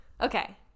Okay